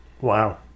Wow